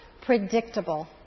predictable